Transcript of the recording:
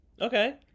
Okay